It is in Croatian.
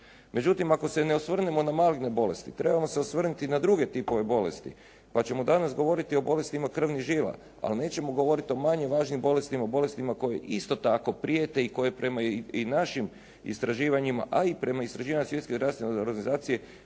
Međutim ako se ne osvrnemo na maligne bolesti, trebamo se osvrnuti na druge tipove bolesti pa ćemo danas govoriti i bolestima krvnih žila, ali nećemo govoriti o manje važnim bolestima, o bolestima koje isto tako prijete i koje prema našim istraživanjima, a i prema istraživanjima Svjetske zdravstvene organizacije